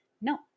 No